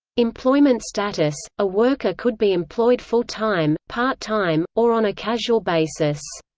employment status a worker could be employed full-time, part-time, or on a casual basis.